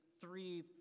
three